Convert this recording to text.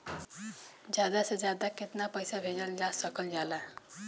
ज्यादा से ज्यादा केताना पैसा भेजल जा सकल जाला?